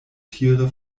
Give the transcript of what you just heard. tiere